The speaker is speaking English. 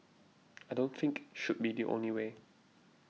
I don't think should be the only way